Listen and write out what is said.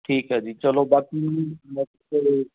ਠੀਕ ਹੈ ਜੀ ਚੱਲੋ ਬਾਕੀ ਬਾਕੀ ਚੱਲੋ